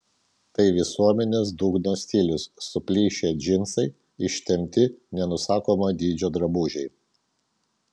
tai visuomenės dugno stilius suplyšę džinsai ištempti nenusakomo dydžio drabužiai